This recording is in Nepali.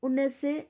उन्नाइस सय